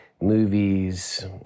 movies